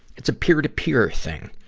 it's a peer-to-peer thing.